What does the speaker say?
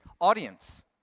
audience